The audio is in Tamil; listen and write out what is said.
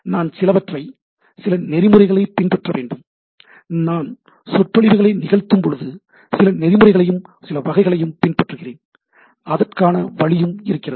நான் சிலவற்றை சில நெறிமுறைகளைப் பின்பற்ற வேண்டும் நான் சொற்பொழிவுகளை நிகழ்த்தும்போது சில நெறிமுறைகளையும் வகைகளையும் பின்பற்றுகிறேன் அதற்கான வழியும் இருக்கிறது